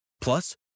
Plus